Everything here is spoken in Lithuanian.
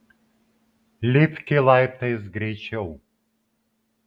lipki laiptais greičiau